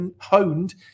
honed